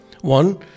One